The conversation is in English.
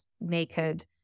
naked